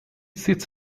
sits